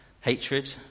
hatred